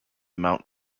mount